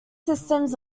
systems